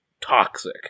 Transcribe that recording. toxic